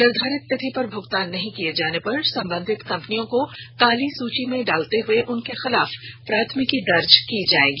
निर्धारित तिथि पर भुगतान नहीं किये जाने पर संबंधित कंपनियों को काली सूची में डालते हुए उनके खिलाफ प्राथमिकी दर्ज की जायेगी